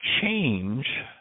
change